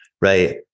Right